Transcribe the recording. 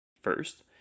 First